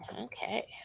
okay